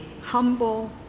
humble